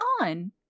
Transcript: on